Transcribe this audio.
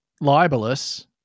libelous